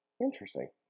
Interesting